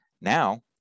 Now